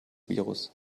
virus